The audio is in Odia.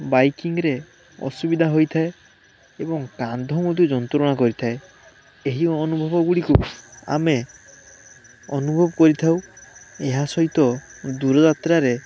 ବାଇକିଂରେ ଅସୁବିଧା ହୋଇଥାଏ ଏବଂ କାନ୍ଧ ମଧ୍ୟ ଯନ୍ତ୍ରଣା କରିଥାଏ ଏହି ଅନୁଭବ ଗୁଡ଼ିକୁ ଆମେ ଅନୁଭବ କରିଥାଉ ଏହା ସହିତ ଦୁର ଯାତ୍ରାରେ